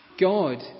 God